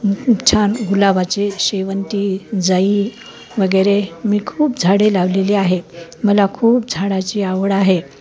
खूप छान गुलाबाचे शेवंती जाई वगैरे मी खूप झाडे लावलेले आहे मला खूप झाडाची आवड आहे